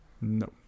No